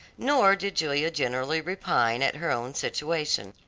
nor did julia generally repine at her own situation.